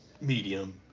medium